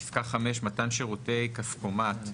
פסקה 5 מתן שירותי כספומט.